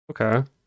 Okay